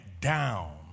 down